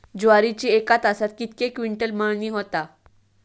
ज्वारीची एका तासात कितके क्विंटल मळणी होता?